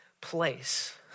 place